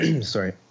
sorry